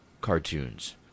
cartoons